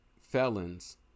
felons